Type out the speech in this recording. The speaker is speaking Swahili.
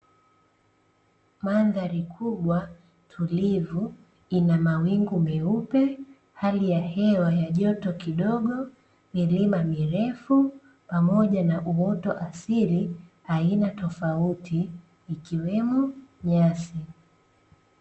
Mandhari kubwa tulivu ina mawingu meupe, hali ya hewa ya joto kidogo, milima mirefu pamoja na uoto asili aina tofauti ikiwemo nyasi.